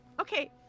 Okay